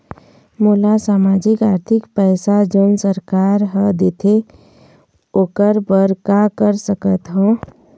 मोला सामाजिक आरथिक पैसा जोन सरकार हर देथे ओकर बर का कर सकत हो?